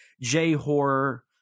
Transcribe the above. J-horror